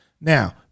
Now